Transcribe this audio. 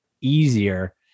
easier